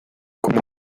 como